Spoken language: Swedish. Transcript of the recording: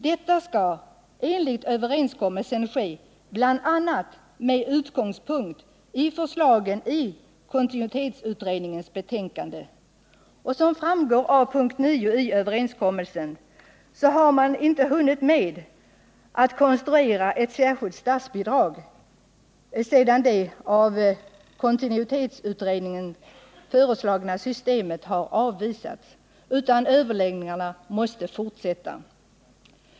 Detta skall enligt överenskommelsen ske bl.a. med utgångspunkt i förslagen i kontinuitetsutredningens betänkande. Som framgår av punkt 9 i överenskommelsen har man inte hunnit med att konstruera ett särskilt statsbidrag — sedan det av kontinuitetsutredningen föreslagna systemet avvisats — utan överläggningarna måste fortsätta.